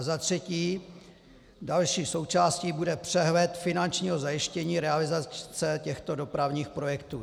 Za třetí, další součástí bude přehled finančního zajištění realizace těchto dopravních projektů.